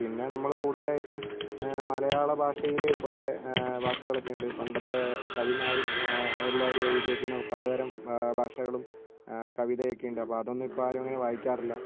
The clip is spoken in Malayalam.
പിന്നെ നമ്മൾ കൂടുതലായിട്ടും മലയാള ഭാഷയിൽ കുറെ വാക്കുകളക്കെ ഉണ്ട് പണ്ടത്തെ കവിമാരും എല്ലാവരും എഴുതിയെക്കുന്ന പലതരം ഭാഷകളും കവിതയൊക്കെ ഉണ്ട് ഇപ്പോൾ അതൊന്നും ഇപ്പോൾ ആരും അങ്ങനെ വായിക്കാറില്ല